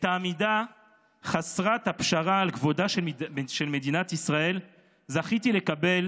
את העמידה חסרת הפשרה על כבודה של מדינת ישראל זכיתי לקבל